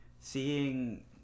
seeing